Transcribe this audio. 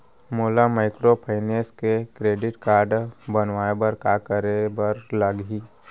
मोला माइक्रोफाइनेंस के credit card बनवाए बर का करे बर लागही?